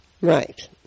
Right